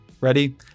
ready